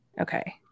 Okay